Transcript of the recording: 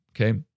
okay